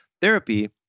Therapy